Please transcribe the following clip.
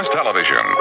Television